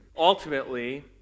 Ultimately